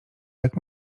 jak